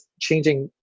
changing